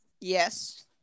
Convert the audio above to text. Yes